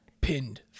pinned